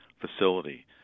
facility